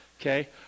okay